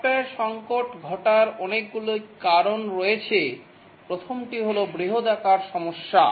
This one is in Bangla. সফ্টওয়্যার সঙ্কট ঘটার অনেকগুলি কারণ রয়েছে প্রথমটি হল বৃহদাকার সমস্যা